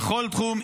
בכל תחום.